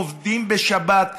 עובדים בשבת.